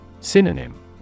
Synonym